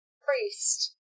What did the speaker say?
Priest